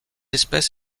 espèce